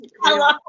Hello